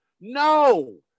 No